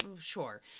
Sure